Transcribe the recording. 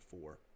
four